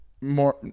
More